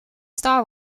star